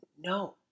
no